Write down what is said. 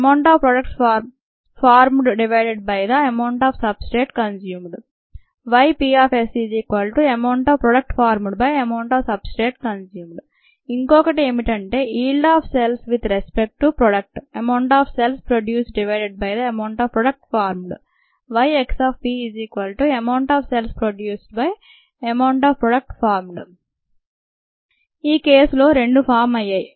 amount of product formed divided by the amount of substrate consumed YpSamountofproductformedamountofsubstrateconsumed ఇంకోకటి ఏమిటంటే yield of cells with respect to product amount of cells produced divided by the amount of product formed Yxpamountofcellsproducedamountofproductformed ఈ case లో రెండూ form అయ్యాయి